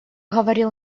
говорил